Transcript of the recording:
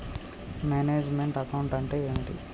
Manage meant account అంటే ఏమిటి?